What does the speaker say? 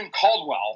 Caldwell